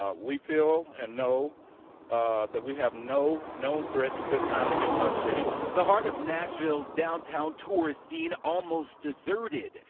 ah we feel and know that we have no known threats at this time against our city. the heart of nashville's downtown tourist scene almost deserted.